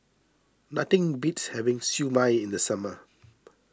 nothing beats having Siew Mai in the summer